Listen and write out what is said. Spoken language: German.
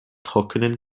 trockenen